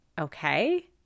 Okay